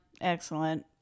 Excellent